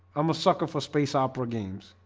i'm a sucker for space opera games,